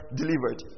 delivered